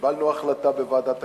קיבלנו החלטה בוועדת הכנסת,